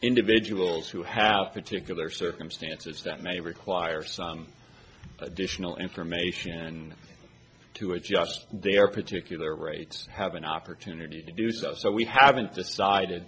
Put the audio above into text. individuals who have particular circumstances that may require some additional information to adjust their particular rates have an opportunity to do so so we haven't decided